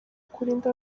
kurinda